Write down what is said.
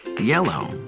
Yellow